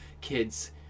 kids